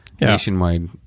nationwide